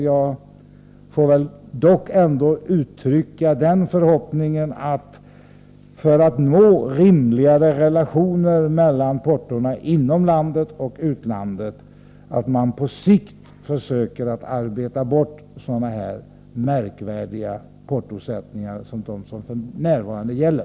Jag får ändå uttrycka förhoppningen att man på sikt, för att nå rimligare relationer mellan portona inom landet och dem som gäller till utlandet, försöker arbeta bort sådana märkvärdiga portosättningar som de som f.n. gäller.